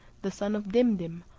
the son of dimdim,